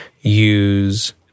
use